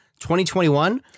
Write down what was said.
2021